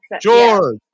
george